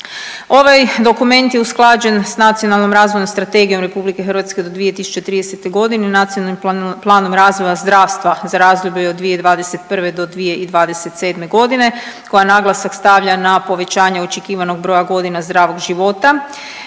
Ovaj dokument je usklađen s Nacionalnom razvojnom strategijom RH do 2030., u Nacionalnom planu razvoja zdravstva za razdoblje 2021.-2027. g. koja naglasak stavlja na povećanje očekivanog broja godina zdravog života,